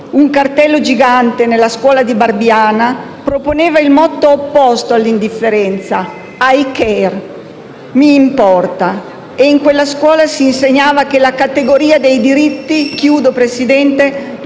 Un cartello gigante nella scuola di Barbiana proponeva il motto opposto all'indifferenza: «I care» (mi importa). In quella scuola si insegnava che la categoria dei diritti non riguarda